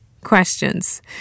questions